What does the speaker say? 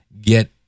get